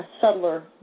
subtler